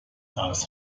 das